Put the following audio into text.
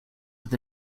with